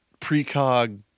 precog –